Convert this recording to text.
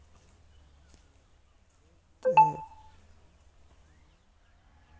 ᱛᱮ